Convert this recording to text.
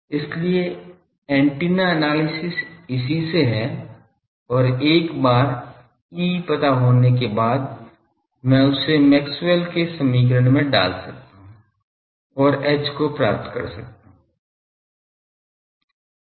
इसलिए antenna analysis इसी से है और एक बार E पता होने के बाद मैं उसे मैक्सवेल के समीकरण में डाल सकता हूं और H को प्राप्त कर सकता हूं